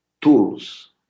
Tools